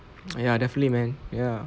ya definitely man ya